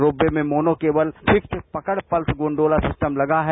ropeway में mono cable fixed पकड़ pulse gondola system लगा है